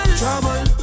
trouble